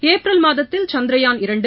April மாதத்தில் சந்த்ரயான் இரண்டு